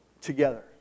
together